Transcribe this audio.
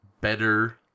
better